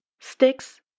sticks